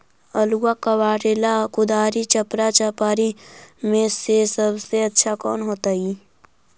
आलुआ कबारेला कुदारी, चपरा, चपारी में से सबसे अच्छा कौन होतई?